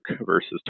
versus